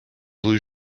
blue